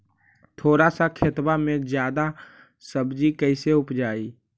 थोड़ा सा खेतबा में जादा सब्ज़ी कैसे उपजाई?